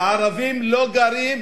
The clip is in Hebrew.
שהערבים לא גרים